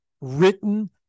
written